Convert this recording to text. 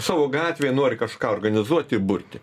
savo gatvėje nori kažką organizuoti burti